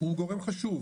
הוא גורם חשוב,